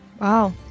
Wow